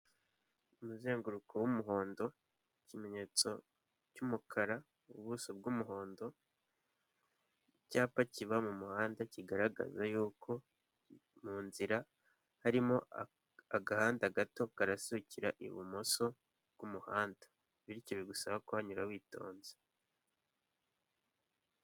Umuzenguruko w'umuhondo, ikimenyetso cy'umukara, ubuso bw'umuhondo, icyapa kiba mu muhanda kigaragaza yuko mu nzira harimo agahanda gato karasukira ibumoso bw'umuhanda. Bityo bigusaba kuhanyura witonze.